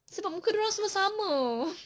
sebab muka dia orang semua sama